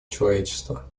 человечества